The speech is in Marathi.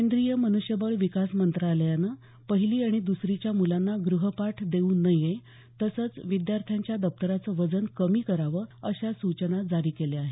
केंद्रीय मन्ष्यबळ विकास मंत्रालयानं पहिली आणि दुसरीच्या मुलांना गृहपाठ देऊ नये तसंच विद्यार्थ्यांच्या दप्तराचं वजन कमी करावं अशा सूचना जारी केल्या आहेत